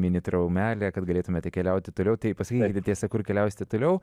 minitraumelė kad galėtumėte keliauti toliau taip pasakykite tiesa kur keliausite toliau